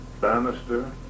Bannister